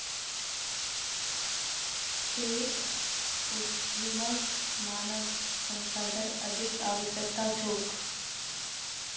tech उद्यमक मानव संसाधनेर अधिक आवश्यकता छेक